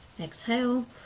exhale